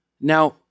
now